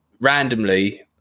randomly